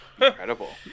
incredible